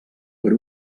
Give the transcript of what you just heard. per